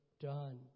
done